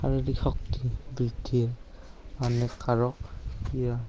শাৰিৰীক শক্তি বৃদ্ধিৰ আন কাৰক ক্ৰীড়া